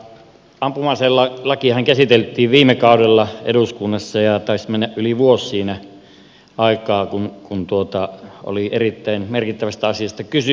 ampuma aselakihan käsiteltiin viime kaudella eduskunnassa ja taisi mennä yli vuosi siinä aikaa kun oli erittäin merkittävästä asiasta kysymys